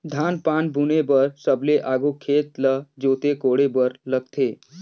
धान पान बुने बर सबले आघु खेत ल जोते कोड़े बर लगथे